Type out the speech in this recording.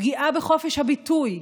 פגיעה בחופש הביטוי,